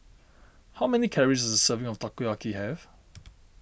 how many calories does a serving of Takoyaki have